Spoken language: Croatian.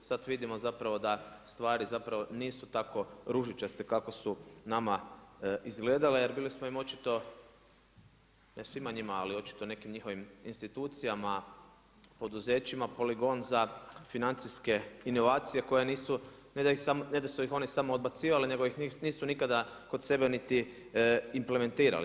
Sada vidimo zapravo da stvari zapravo nisu tako ružičaste kako su nama izgledale, jer bili smo im očito, ne svima njima ali očito ne svima njima ali očito nekim njihovim institucijama, poduzećima poligon za financijske inovacije koje nisu, ne da su ih oni samo odbacivali nego ih nisu nikada kod sebe niti implementirali.